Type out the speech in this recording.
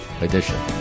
edition